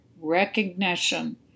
Recognition